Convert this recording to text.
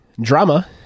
drama